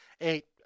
Eight